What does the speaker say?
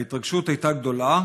ההתרגשות הייתה גדולה,